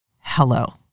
hello